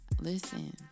listen